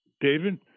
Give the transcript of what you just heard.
David